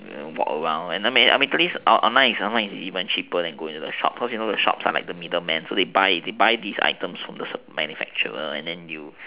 and walk around and basically online online is even cheaper than going to shops cause you know the shops are like the middleman so they buy they buy these items from the manufacturers so you